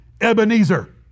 Ebenezer